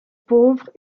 pauvre